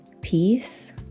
peace